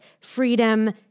freedom